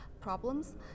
problems